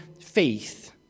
faith